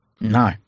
No